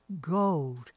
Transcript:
gold